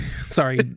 sorry